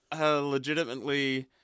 legitimately